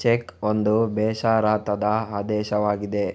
check ಒಂದು ಬೇಷರತ್ತಾದ ಆದೇಶವಾಗಿದೆ